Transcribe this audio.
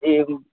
एही